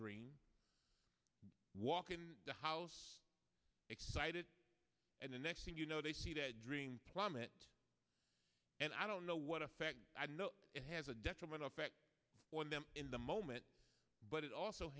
dream walk in the house excited and the next thing you know they see that dream plummet and i don't know what effect i know it has a detriment effect on them in the moment but it also